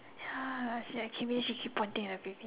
ya she actually she keep pointing at the baby